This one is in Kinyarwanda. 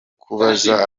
kubaza